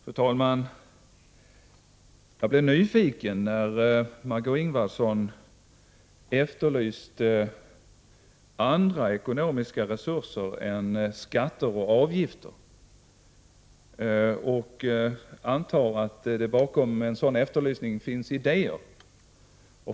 Fru talman! Jag blev nyfiken när Margé Ingvardsson efterlyste andra ekonomiska resurser än skatter och avgifter. Jag antar att det bakom en sådan efterlysning finns idéer.